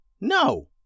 No